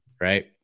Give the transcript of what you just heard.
Right